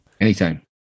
Anytime